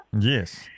Yes